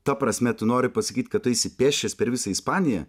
ta prasme tu nori pasakyt kad tu eisi pėsčias per visą ispaniją